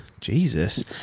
Jesus